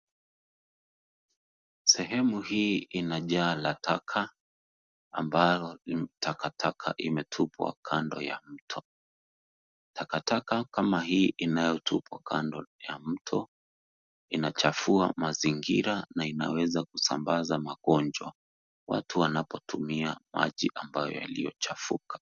Sehemu hii ina jaa la taka ambao takataka imetupwa kando ya mto. Takataka kama hiii inatupwa kando ya mto, inachafua mazingira na inaweza kusambaza magonjwa, watu wanapotumia maji ambayo yaliyochafuka.